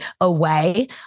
away